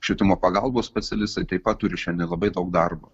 švietimo pagalbos specialistai taip pat turi šiandien labai daug darbo